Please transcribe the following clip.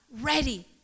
ready